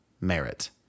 merit